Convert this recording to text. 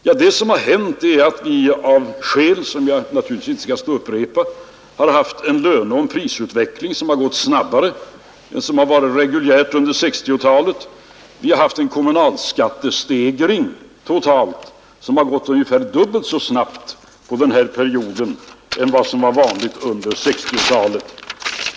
Ja, det som hänt är att vi — av orsaker som jag naturligtvis inte skall upprepa — har haft en löneoch prisutveckling som gått snabbare än vad som varit reguljärt under 1960-talet. Vi har haft en kommunalskattestegring totalt som gått ungefär dubbelt så snabbt under den här perioden jämfört med vad som varit vanligt under 1960-talet.